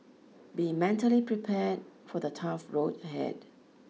be mentally prepared for the tough road ahead